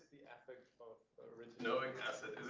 the effect of retinoic acid?